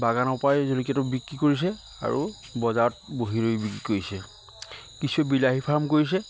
বাগানৰ পৰাই জলকীয়াতো বিক্ৰী কৰিছে আৰু বজাৰত বহি ৰৈ বিক্ৰী কৰিছে কিছুৱে বিলাহী ফাৰ্ম কৰিছে